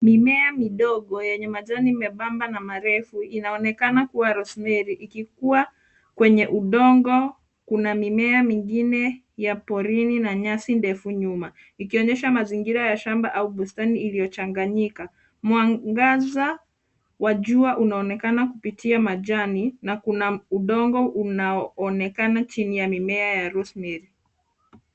Mimea midogo yenye majani membamba na mirefu inaonekana kuwa rosemary ikikuua. Kwenye udongo kuna mimea mingineya porini na nyasi ndefu nyuma ikionyesha mazingira ya shamba au bustani .iliyochanganyika. Mwangaza wa nyuma unaonekana kupitia majani na kuna udongo unaonekana chini ya mimea ya rosemary .